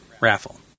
raffle